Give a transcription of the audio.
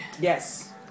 Yes